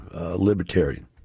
libertarian